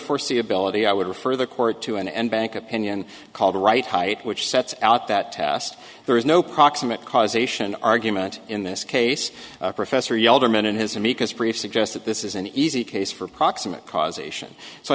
foreseeability i would refer the court to an end bank opinion called the right height which sets out that test there is no proximate cause ation argument in this case professor yelled or meant in his amicus brief suggest that this is an easy case for proximate cause ation so i